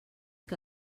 que